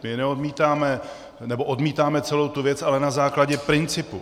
My neodmítáme nebo odmítáme celou tu věc, ale na základě principu.